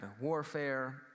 warfare